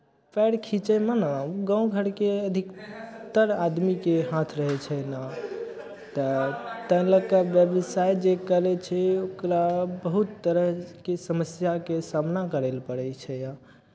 पएर खीँचयमे ने गाँव घरके अधिकतर आदमीके हाथ रहै छै तऽ ताहि लऽ कऽ व्यवसाय जे करै छै ओकरा बहुत तरहके समस्याके सामना करय लेल पड़ै छै